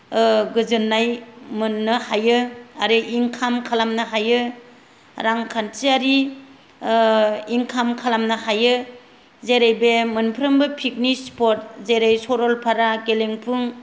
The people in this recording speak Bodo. गोजोन्नाय मोन्नो हायो आरो इन्काम खालामनो हायो रांखान्थियारि इन्काम खालामनो हायो जेरै बे मोनफ्रोमबो फिकनिक स्पत जेरै सरलपारा गेलेंफुं